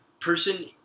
person